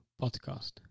podcast